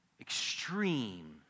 extreme